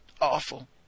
awful